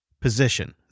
position